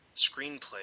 screenplay